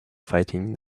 fighting